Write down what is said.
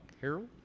Harold